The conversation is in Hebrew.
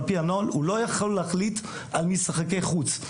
פי הנוהל הוא לא יכול להחליט על משחקי חוץ.